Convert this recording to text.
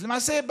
אז למעשה,